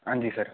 हां जी सर